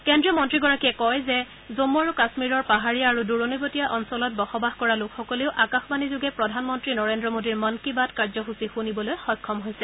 কেন্দ্ৰীয় মন্ত্ৰীগৰাকীয়ে কয় যে জন্মু আৰু কাশ্মীৰৰ পাহাৰীয়া আৰু দূৰণীৱতীয়া অঞ্চলত বসবাস কৰা লোকসকলেও আকাশবাণী যোগে প্ৰধানমন্ত্ৰী নৰেন্দ্ৰ মোডীৰ মন কী বাত কাৰ্যসূচী শুনিবলৈ সক্ষম হৈছে